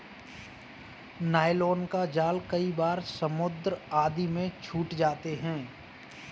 nylon का जाल कई बार समुद्र आदि में छूट जाते हैं